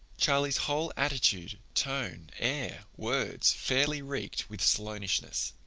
charlie's whole attitude, tone, air, words, fairly reeked with sloanishness.